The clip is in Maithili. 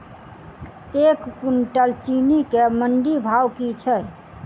एक कुनटल चीनी केँ मंडी भाउ की छै?